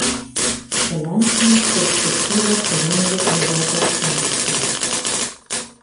finansines perspektyvas rengia europos komisija